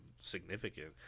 significant